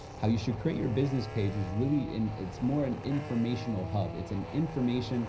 how you should create your business pages really in it's more an informational hub. it's an information